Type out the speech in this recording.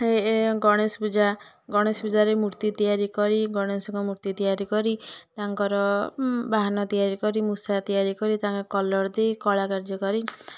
ହେ ଏ ଗଣେଶପୂଜା ଗଣେଶପୂଜାରେ ମୁର୍ତ୍ତି ତିଆରି କରି ଗଣେଶଙ୍କ ମୁର୍ତ୍ତି ତିଆରି କରି ତାଙ୍କର ବାହନ ତିଆରି କରି ମୂଷା ତିଆରି କରି ତାଙ୍କ କଲର୍ ଦେଇ କଳାକାର୍ଯ୍ୟ କରି